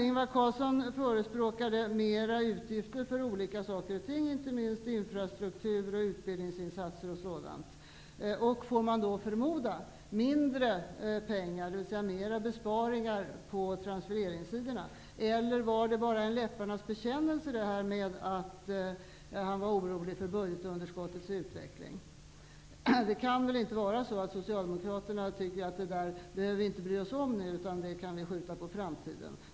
Ingvar Carlsson förespråkade mer utgifter för olika saker, inte minst för infrastruktur, utbildningsinsatser och sådant och, får man förmoda, mindre pengar, dvs. mer besparingar, på transfereringssidorna. Eller var det bara en läpparnas bekännelse att han var orolig för budgetunderskottets utveckling? Det kan väl inte vara så att socialdemokraterna tycker att man inte behöver bry sig om det där nu, utan att man kan skjuta det på framtiden.